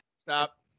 stop